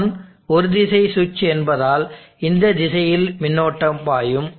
S1 ஒரு திசை சுவிட்ச் என்பதால் இந்த திசையில் மின்னோட்டம் பாயும்